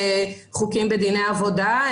חוקים בדיני עבודה,